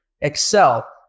excel